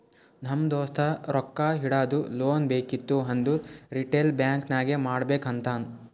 ನಮ್ ದೋಸ್ತ ರೊಕ್ಕಾ ಇಡದು, ಲೋನ್ ಬೇಕಿತ್ತು ಅಂದುರ್ ರಿಟೇಲ್ ಬ್ಯಾಂಕ್ ನಾಗೆ ಮಾಡ್ಬೇಕ್ ಅಂತಾನ್